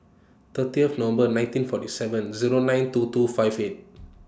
thirtieth November nineteen forty seven Zero nine two two five eight